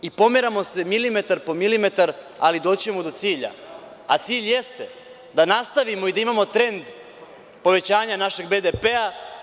Pomeramo se milimetar po milimetar, ali doći ćemo do cilja, a cilj jeste da nastavimo i da imamo trend povećanja našeg BDP-a.